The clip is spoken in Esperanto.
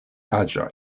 aĝaj